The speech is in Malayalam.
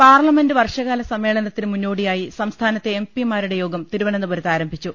പാർലമെന്റ് വർഷകാല സമ്മേളനത്തിന് മുന്നോടിയായി സംസ്ഥാനത്തെ എം പിമാരുടെ യോഗം തിരുവനന്തപുരത്ത് ആരം ഭിച്ചു